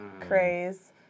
craze